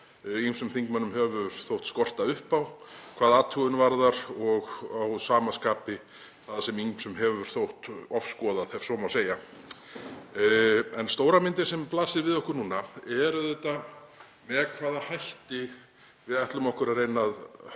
ýmsum þingmönnum hefur þótt skorta upp á hvað athugun varðar og að sama skapi það sem ýmsum hefur þótt ofskoðað ef svo má segja. Stóra myndin sem blasir við okkur núna er auðvitað með hvaða hætti við ætlum okkur að reyna að höndla